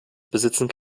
besitzen